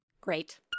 great